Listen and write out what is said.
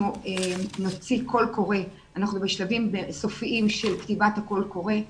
אנחנו בשלבים סופיים של כתיבת הקול קורא.